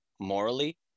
morally